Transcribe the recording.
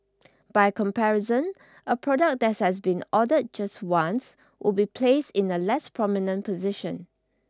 by comparison a product that has been ordered just once would be placed in a less prominent position